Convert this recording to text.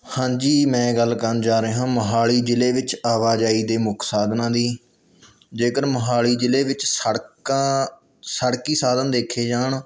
ਹਾਂਜੀ ਮੈਂ ਗੱਲ ਕਰਨ ਜਾ ਰਿਹਾ ਮੋਹਾਲੀ ਜ਼ਿਲ੍ਹੇ ਵਿੱਚ ਆਵਾਜਾਈ ਦੇ ਮੁੱਖ ਸਾਧਨਾਂ ਦੀ ਜੇਕਰ ਮੋਹਾਲੀ ਜ਼ਿਲ੍ਹੇ ਵਿੱਚ ਸੜਕਾਂ ਸੜਕੀ ਸਾਧਨ ਦੇਖੇ ਜਾਣ